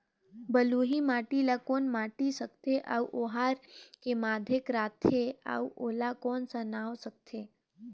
बलुही माटी ला कौन माटी सकथे अउ ओहार के माधेक राथे अउ ओला कौन का नाव सकथे?